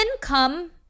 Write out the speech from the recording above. come